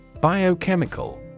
Biochemical